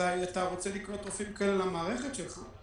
אזי אתה רוצה לקלוט רופאים כאלה למערכת שלך.